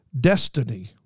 destiny